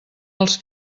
els